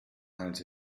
als